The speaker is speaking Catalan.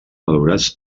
valorats